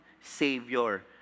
Savior